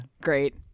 great